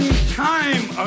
time